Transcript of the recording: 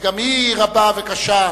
שהיא רבה וקשה.